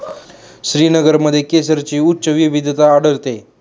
श्रीनगरमध्ये केशरची उच्च विविधता आढळते